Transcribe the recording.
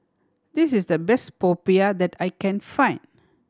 this is the best popiah that I can find